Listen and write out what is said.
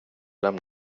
lämna